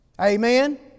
Amen